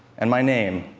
and my name,